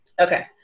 Okay